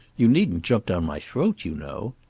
you needn't jump down my throat, you know.